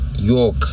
York